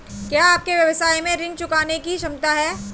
क्या आपके व्यवसाय में ऋण चुकाने की क्षमता है?